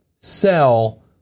sell